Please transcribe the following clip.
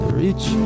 reach